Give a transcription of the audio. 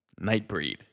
Nightbreed